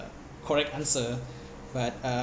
correct answer but